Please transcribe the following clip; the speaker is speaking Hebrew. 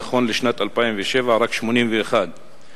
נכון לשנת 2007 רק 81 מתוך,